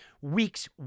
Weeks